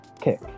kick